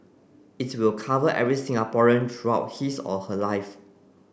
it will cover every Singaporean throughout his or her life